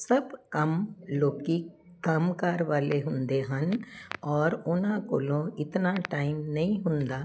ਸਭ ਕੰਮ ਲੋਕ ਕੰਮ ਕਾਰ ਵਾਲੇ ਹੁੰਦੇ ਹਨ ਔਰ ਉਹਨਾਂ ਕੋਲੋਂ ਇਤਨਾ ਟਾਈਮ ਨਹੀਂ ਹੁੰਦਾ